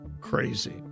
crazy